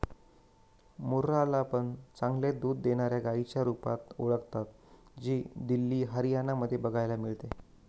मुर्रा ला पण चांगले दूध देणाऱ्या गाईच्या रुपात ओळखता, जी दिल्ली, हरियाणा मध्ये बघायला मिळते